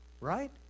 Right